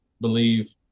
believe